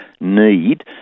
need